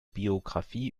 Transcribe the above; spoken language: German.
biografie